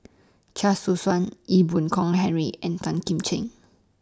Chia Choo Suan Ee Boon Kong Henry and Tan Kim Seng